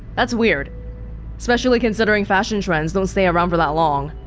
that's weird especially considering fashion trends don't stay around for that long,